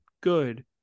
good